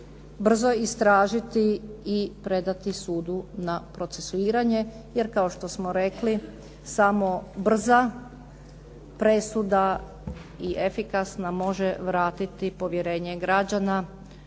brzo istražiti i predati sudu na procesuiranje. Jer kao što smo rekli, samo brza presuda i efikasna može vratiti povjerenje građana